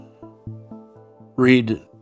Read